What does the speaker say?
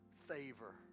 favor